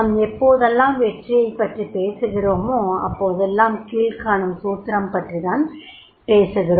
நாம் எப்போதெல்லாம் வெற்றியைப் பற்றி பேசுகிறோமோ அப்போதெல்லாம் கீழ்க்காணும் சூத்திரம் பற்றித்தான் பேசுகிறோம்